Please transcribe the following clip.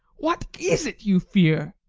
what is it you fear?